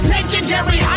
Legendary